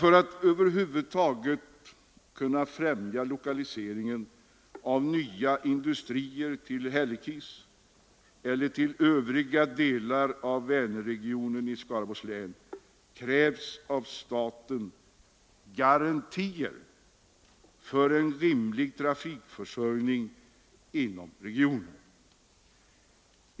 För att man över huvud taget skall kunna främja lokalisering av nya industrier till Hällekis eller till övriga delar av Vänerregionen i Skaraborgs län krävs av staten garantier för en rimlig trafikförsörjning inom regionen.